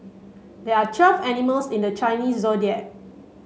there are twelve animals in the Chinese Zodiac